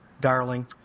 Darling